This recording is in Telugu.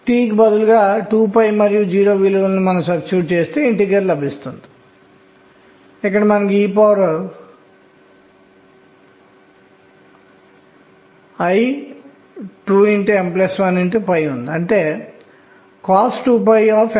కాబట్టి n 1 ను చూద్దాం l గరిష్టం 0 కావచ్చు m అనేది 0 కావచ్చు మరియు ms అనేది ½ లేదా ½ కావచ్చు